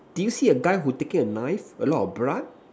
do you see a guy who taking a knife a lot of blood